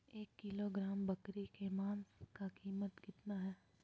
एक किलोग्राम बकरी के मांस का कीमत कितना है?